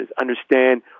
Understand